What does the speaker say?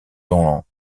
dans